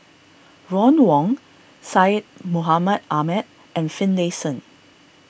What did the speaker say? Ron Wong Syed Mohamed Ahmed and Finlayson